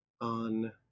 on